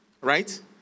right